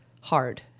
hard